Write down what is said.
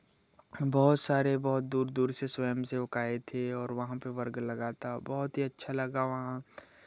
बहुत सारे बहुत दूर दूर से स्वयं सेवक आए थे और वहाँ पे वर्ग लगा था बहुत ही अच्छा लगा वहाँ